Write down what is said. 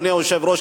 אדוני היושב-ראש,